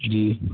جی